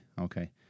okay